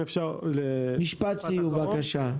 משפט סיום, בבקשה.